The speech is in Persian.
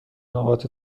نقاط